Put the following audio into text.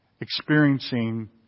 experiencing